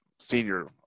senior